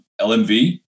LMV